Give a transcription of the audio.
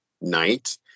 night